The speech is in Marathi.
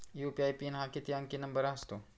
यू.पी.आय पिन हा किती अंकी नंबर असतो?